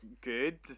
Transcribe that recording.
Good